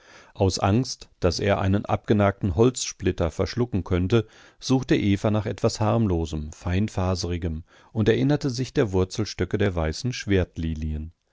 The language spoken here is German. aus angst daß er einen abgenagten holzsplitter verschlucken könnte suchte eva nach etwas harmlosem feinfaserigem und erinnerte sich der wurzelstöcke der weißen